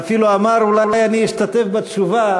ואפילו אמר: אולי אני אשתתף בתשובה.